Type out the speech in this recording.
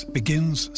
begins